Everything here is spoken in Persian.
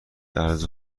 ارز